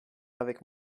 avec